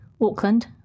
Auckland